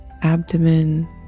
abdomen